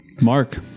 Mark